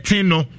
no